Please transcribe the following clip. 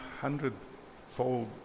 hundredfold